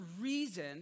reason